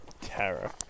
terror